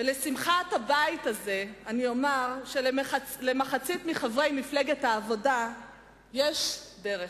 ולשמחת הבית הזה אני אומר שלמחצית מחברי מפלגת העבודה יש דרך.